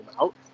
out